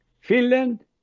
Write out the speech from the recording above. Finland